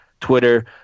Twitter